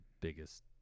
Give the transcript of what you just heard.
biggest